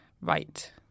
right